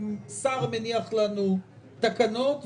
השר מניח לנו תקנות,